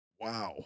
Wow